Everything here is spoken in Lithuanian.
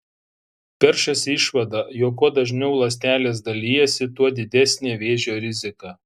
peršasi išvada jog kuo dažniau ląstelės dalijasi tuo didesnė vėžio rizika